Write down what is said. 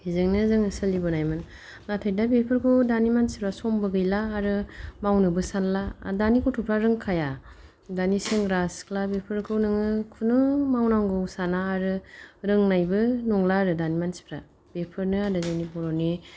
बेजोंनो जोङो सोलिबोनायमोन नाथाय दा बेफोरखौ दानि मानसिफ्रा समबो गैला आरो मावनोबो सानला आरो दानि गथ'फ्रा रोंखाया दानि सेंग्रा सिख्ला बेफोरखौ नोङो खुनु मावनांगौ साना आरो रोंनायबो नंला आरो दानि मानसिफ्रा बेफोरनो आरो जोंनि बर'नि